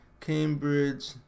Cambridge